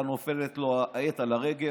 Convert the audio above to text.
היה נופל לו העט על הרגל,